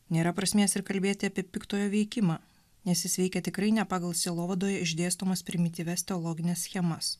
nėra prasmės ir kalbėti apie piktojo veikimą nes jis veikia tikrai ne pagal sielovadoje išdėstomas primityvias teologines schemas